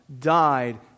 died